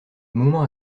moment